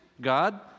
God